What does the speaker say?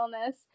illness